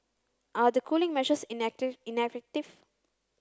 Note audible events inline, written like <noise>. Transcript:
are the cooling measures <unintelligible> ineffective